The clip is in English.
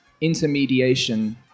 intermediation